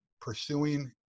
pursuing